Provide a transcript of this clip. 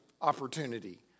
opportunity